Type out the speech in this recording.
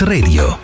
Radio